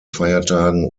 feiertagen